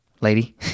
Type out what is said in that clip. lady